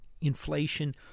inflation